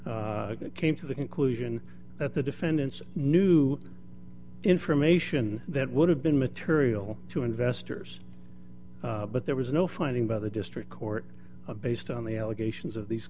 came to the conclusion that the defendants new information that would have been material to investors but there was no finding by the district court based on the allegations of these